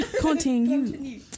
continue